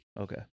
Okay